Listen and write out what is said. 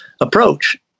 approach